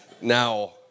now